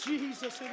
Jesus